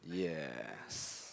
yes